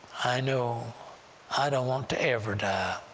i know i don't want to ever die